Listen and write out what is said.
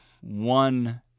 one